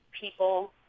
people